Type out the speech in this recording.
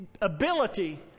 ability